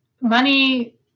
money